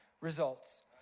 results